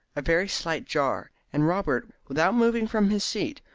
a very slight jar, and robert, without moving from his seat,